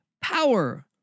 power